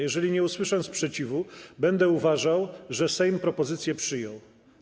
Jeżeli nie usłyszę sprzeciwu, będę uważał, że Sejm propozycję przyjął.